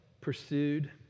pursued